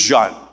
John